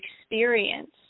experience